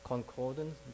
Concordance